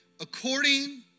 According